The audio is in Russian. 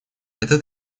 это